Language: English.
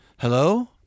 Hello